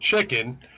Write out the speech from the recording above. chicken